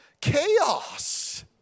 chaos